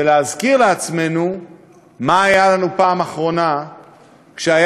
ולהזכיר לעצמנו מה היה לנו בפעם האחרונה שהיה